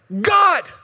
God